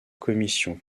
commission